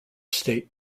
state